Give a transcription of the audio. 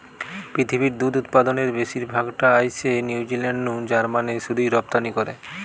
পৃথিবীর দুধ উতপাদনের বেশির ভাগ টা আইসে নিউজিলান্ড নু জার্মানে শুধুই রপ্তানি করে